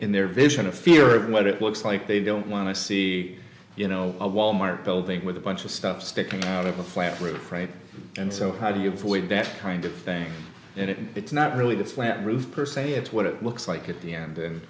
in their vision of fear of what it looks like they don't want to see you know a wal mart building with a bunch of stuff sticking out of a flat roof right and so how do you avoid that kind of thing and it it's not really the flat roof per se it's what it looks like at the end and